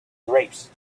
grapes